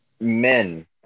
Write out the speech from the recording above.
men